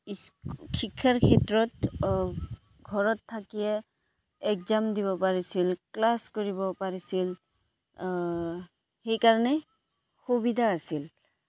শিক্ষাৰ ক্ষেত্ৰত ঘৰত থাকিয়ে এগজাম দিব পাৰিছিল ক্লাছ কৰিব পাৰিছিল সেইকাৰণে সুবিধা আছিল